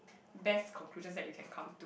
best conclusions that you can come